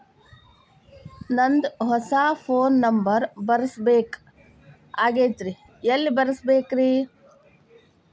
ನಂದ ಹೊಸಾ phone number ಬರಸಬೇಕ್ ಆಗೈತ್ರಿ ಎಲ್ಲೆ ಬರಸ್ಬೇಕ್ರಿ?